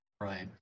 Right